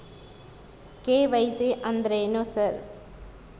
KYC ಅಂದ್ರೇನು sir?